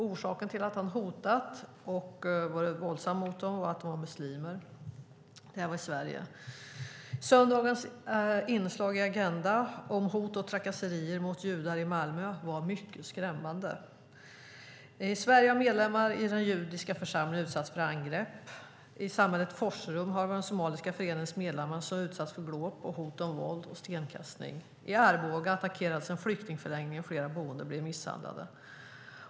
Orsaken till att han hade hotat och varit våldsam mot dem var att det är muslimer; det här var i Sverige. Söndagens inslag i Agenda om hot och trakasserier mot judar i Malmö var mycket skrämmande. I Sverige har medlemmar i judiska församlingar utsatts för angrepp. I samhället Forserum har en av den somaliska föreningens medlemmar utsatts för glåpord, hot om våld och stenkastning. I Arboga attackerades en flyktingförläggning, och flera boende blev misshandlade.